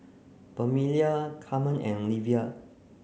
Permelia Carmen and Livia